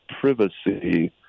privacy